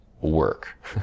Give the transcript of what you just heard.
work